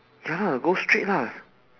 ya lah go straight lah